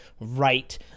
right